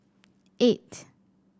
eight